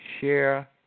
share